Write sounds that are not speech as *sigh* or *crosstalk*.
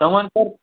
*unintelligible* سَر